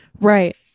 Right